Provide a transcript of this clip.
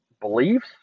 beliefs